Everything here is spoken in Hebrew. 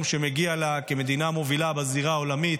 שמגיע לה כמדינה מובילה בזירה העולמית.